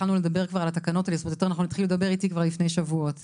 התחילו לדבר אתי על התקנות האלה כבר לפני שבועות.